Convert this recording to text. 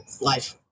life